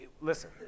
listen